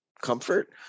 comfort